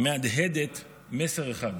מהדהדת מסר אחד: